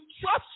trust